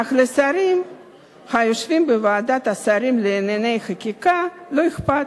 אך לשרים היושבים בוועדת שרים לענייני חקיקה לא אכפת.